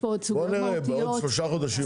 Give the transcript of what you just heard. נראה עוד שלושה חודשים.